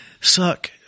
suck